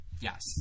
Yes